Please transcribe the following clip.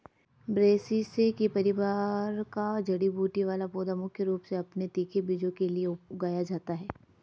ब्रैसिसेकी परिवार का जड़ी बूटी वाला पौधा मुख्य रूप से अपने तीखे बीजों के लिए उगाया जाता है